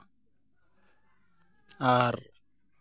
ᱟᱨ